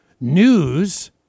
news